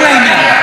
רק לעניין.